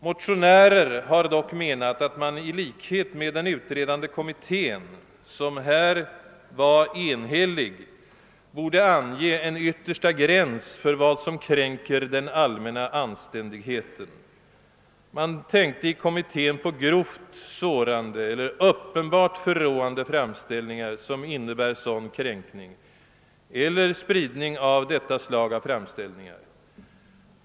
Motionärer har dock i likhet med den utredande kommittén, som här var enhällig, menat att man borde ange en yttersta gräns för vad som kränker den allmänna anständigheten. Man tänkte i kommittén på grovt sårande eller uppenbart förråande framställningar, som innebär sådan kränkning eller spridning av detta slag av framställningar.